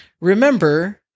remember